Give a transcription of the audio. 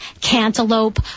cantaloupe